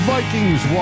Vikings